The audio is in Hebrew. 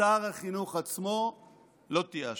לשר החינוך עצמו לא תהיה השפעה.